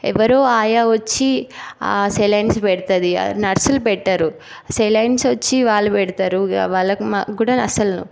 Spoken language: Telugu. ఎవరో ఆయా వచ్చి సెలైన్స్ పెడుతుంది నర్సులు పెట్టరు సెలైన్స్ వచ్చి వాళ్ళు పెడతారు ఇక వాళ్ళకి మనం కూడా అసలు